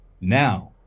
now